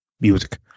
music